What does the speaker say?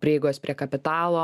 prieigos prie kapitalo